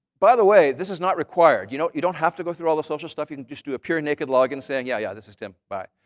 by the way, this is not required. you know you don't have to go through all the social you can just do a pure naked login saying, yeah, yeah this is tim, bye.